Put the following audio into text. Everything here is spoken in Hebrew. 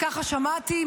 ככה שמעתי,